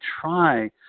try